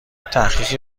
تحقیقی